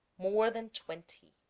more than twenty